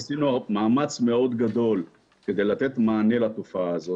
עשינו מאמץ מאוד גדול כדי לתת מענה לתופעה הזאת.